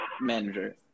manager